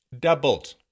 Doubled